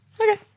Okay